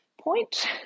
point